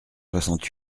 soixante